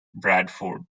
bradford